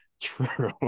True